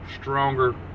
stronger